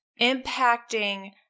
impacting